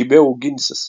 kibiau ginsis